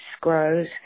grows